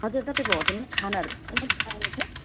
हजुर तपाईँको होटेलमा खानाहरू पनि पाइन्छ